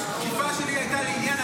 התקיפה שלי הייתה לעניין,